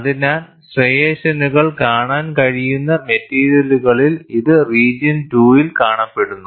അതിനാൽ സ്ട്രൈയേഷനുകൾ കാണാൻ കഴിയുന്ന മെറ്റീരിയലുകളിൽ ഇത് റീജിയൺ 2 ൽ കാണപ്പെടുന്നു